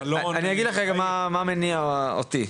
אני אגיד לך מה מניע אותי,